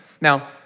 Now